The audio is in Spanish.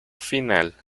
final